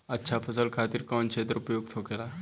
अच्छा फसल खातिर कौन क्षेत्र उपयुक्त होखेला?